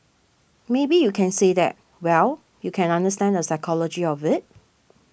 maybe you can say that well you can understand the psychology of it